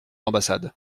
ambassade